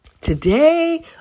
Today